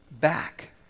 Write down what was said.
back